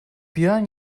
björn